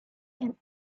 and